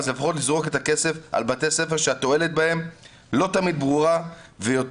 לפחות לא לזרוק על בתי ספר שהתועלת בהם לא תמיד ברורה ויותר,